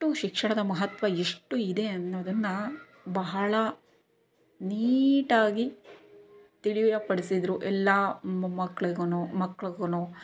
ಅಷ್ಟೂ ಶಿಕ್ಷಣದ ಮಹತ್ವ ಎಷ್ಟು ಇದೆ ಅನ್ನೋದನ್ನು ಬಹಳ ನೀಟಾಗಿ ತಿಳಿಯಪಡಿಸಿದ್ರು ಎಲ್ಲ ಮೊಮ್ಮಕ್ಕಳಿಗೂ ಮಕ್ಳಿಗೂ